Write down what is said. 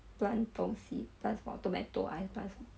plant 东西 plant 什么 tomato ah 还是 plant 什么